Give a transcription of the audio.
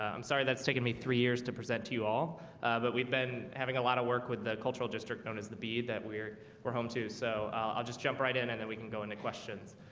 i'm sorry that's taken me three years to present to you all but we've been having a lot of work with the cultural district known as the bead that we're we're home to so i'll just jump right in and then we can go into questions.